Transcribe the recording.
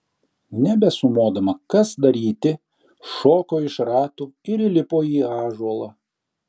nebesumodama kas daryti šoko iš ratų ir įlipo į ąžuolą